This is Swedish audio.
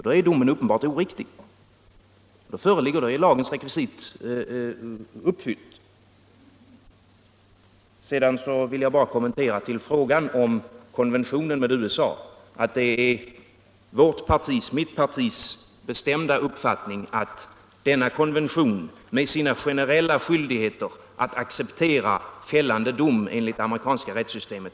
Då är domen uppenbart oriktig, och då är lagens rekvisit uppfyllt. När det gäller konventionen med USA vill jag bara säga att det är mitt partis bestämda uppfattning att det absolut inte är något tillfredsställande tillstånd att vi med detta land har en konvention som innebär generella skyldigheter att acceptera fällande dom enligt det amerikanska rättssystemet.